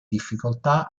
difficoltà